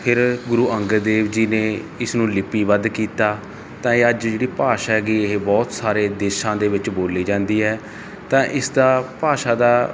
ਫਿਰ ਗੁਰੂ ਅੰਗਦ ਦੇਵ ਜੀ ਨੇ ਇਸ ਨੂੰ ਲਿੱਪੀਬੱਧ ਕੀਤਾ ਤਾਂ ਇਹ ਅੱਜ ਜਿਹੜੀ ਭਾਸ਼ਾ ਹੈਗੀ ਇਹ ਬਹੁਤ ਸਾਰੇ ਦੇਸ਼ਾਂ ਦੇ ਵਿੱਚ ਬੋਲੀ ਜਾਂਦੀ ਹੈ ਤਾਂ ਇਸ ਦਾ ਭਾਸ਼ਾ ਦਾ